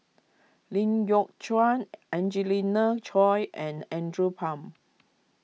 Lee Yock Suan Angelina Choy and Andrew Phang